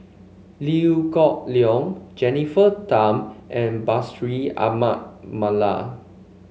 Liew Geok Leong Jennifer Tham and Bashir Ahmad Mallal